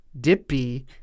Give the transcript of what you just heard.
Dippy